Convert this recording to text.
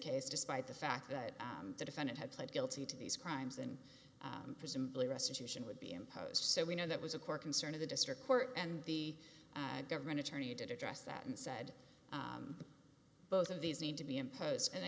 case despite the fact that the defendant had pled guilty to these crimes and presumably restitution would be imposed so we know that was a core concern of the district court and the government attorney did address that and said both of these need to be imposed and i